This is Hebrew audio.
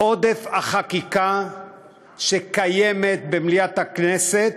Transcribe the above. עודף החקיקה שקיים במליאת הכנסת,